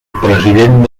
president